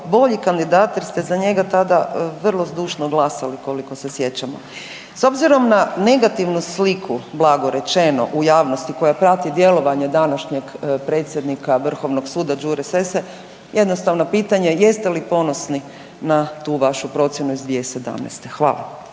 bolji kandidat jer ste za njega tada vrlo zdušno glasali, koliko se sjećamo. S obzirom na negativnu sliku, blago rečeno, u javnosti koja prati djelovanje današnjeg predsjednika Vrhovnog suda Đure Sesse, jednostavno pitanje, jeste li ponosni na tu vašu procjenu iz 2017.? Hvala.